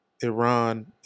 Iran